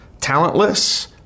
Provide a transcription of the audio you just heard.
talentless